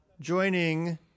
joining